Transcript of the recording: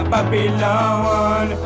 Babylon